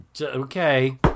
Okay